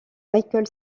michael